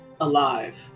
Alive